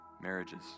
marriages